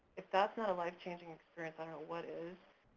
if that's not a life-changing experience, i don't know what is.